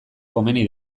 komeni